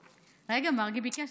רגע, מרגי ביקש.